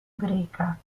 greca